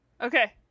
Okay